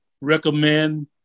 recommend